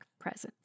presence